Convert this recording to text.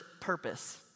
purpose